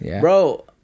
Bro